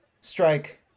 strike